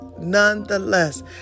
nonetheless